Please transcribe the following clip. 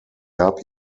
gab